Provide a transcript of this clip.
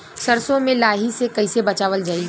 सरसो में लाही से कईसे बचावल जाई?